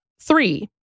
Three